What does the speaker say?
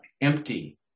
empty